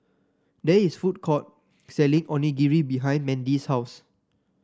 there is food court selling Onigiri behind Mandy's house